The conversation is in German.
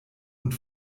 und